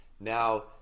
now